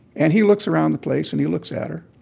and he looks around the place and he looks at her.